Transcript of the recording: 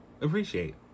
appreciate